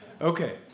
okay